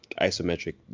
isometric